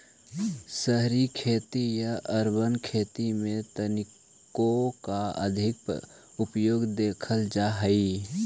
शहरी खेती या अर्बन खेती में तकनीकों का अधिक उपयोग देखल जा हई